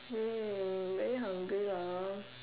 mm very hungry lah